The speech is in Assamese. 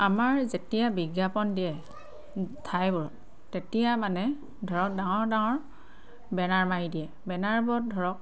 আমাৰ যেতিয়া বিজ্ঞাপন দিয়ে ঠাইবোৰত তেতিয়া মানে ধৰক ডাঙৰ ডাঙৰ বেনাৰ মাৰি দিয়ে বেনাৰবোৰত ধৰক